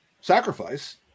sacrifice